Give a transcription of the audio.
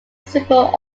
super